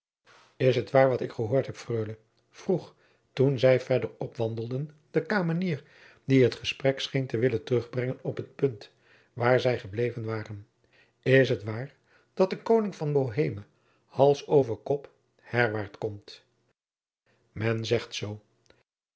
is het waar wat ik gehoord heb freule vroeg toen zij verder opwandelden de kamenier die het gesprek scheen te willen terugbrengen op het punt waar zij gebleven waren is het waar dat de koning van boheme hals over kop herwaart komt men zegt zoo